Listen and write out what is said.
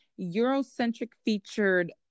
Eurocentric-featured